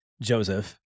joseph